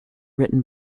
written